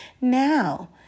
now